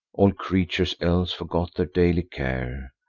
all creatures else forgot their daily care,